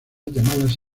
llamadas